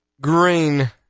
Green